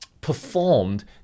performed